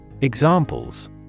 Examples